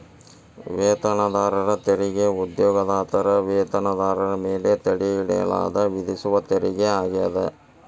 ವೇತನದಾರರ ತೆರಿಗೆ ಉದ್ಯೋಗದಾತರ ವೇತನದಾರರ ಮೇಲೆ ತಡೆಹಿಡಿಯಲಾದ ವಿಧಿಸುವ ತೆರಿಗೆ ಆಗ್ಯಾದ